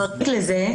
החריג לזה,